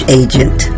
agent